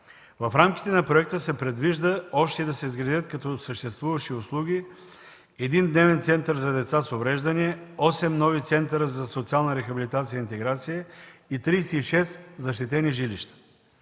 В рамките на проекта се предвижда още да се изградят като съществуващи услуги един дневен център за деца с увреждания, 8 нови центъра за социална рехабилитация и интеграция и 36 защитени жилища.